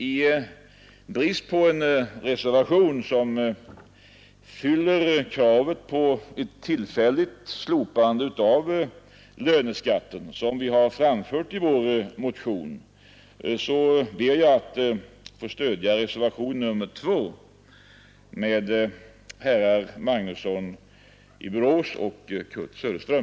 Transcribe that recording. I brist på en reservation som innehåller kravet på ett tillfälligt slopande av löneskatten — som vi framfört i vår motion — ber jag att få stödja reservationen 2 av herrar Magnusson i Borås och Kurt Söderström.